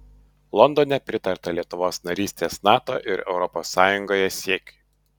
londone pritarta lietuvos narystės nato ir europos sąjungoje siekiui